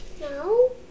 No